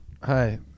Hi